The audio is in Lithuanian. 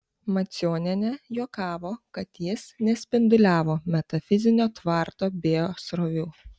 macionienė juokavo kad jis nespinduliavo metafizinio tvarto biosrovių